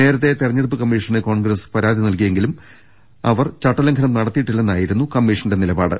നേരത്തെ തെര ഞ്ഞെടുപ്പ് കമ്മീഷന് കോൺഗ്രസ് പരാതി നൽകിയെങ്കിലും ചട്ടലംഘനം നടത്തിയില്ലെന്നായിരുന്നു കമ്മീഷന്റെ നിലപാട്